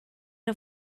nhw